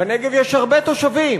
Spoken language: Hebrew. בנגב יש הרבה תושבים,